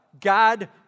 God